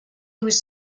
was